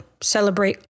celebrate